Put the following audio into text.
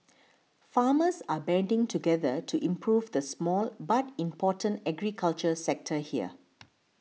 farmers are banding together to improve the small but important agriculture sector here